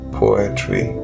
poetry